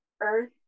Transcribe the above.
Earth